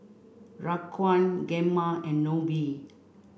Raquan Gemma and Nobie